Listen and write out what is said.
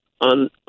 on